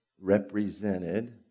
represented